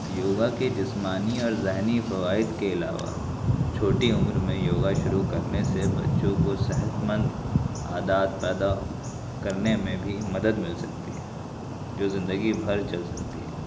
یوگا کے جسمانی اور ذہنی فوائد کے علاوہ چھوٹی عمر میں یوگا شروع کرنے سے بچوں کو صحت مند عادات پیدا کرنے میں بھی مدد مل سکتی ہے جو زندگی بھر چل سکتی ہیں